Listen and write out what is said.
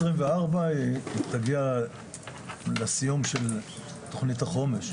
ב-2024 נגיע לסיום של תכנית החומש.